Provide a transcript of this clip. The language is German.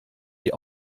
die